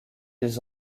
ils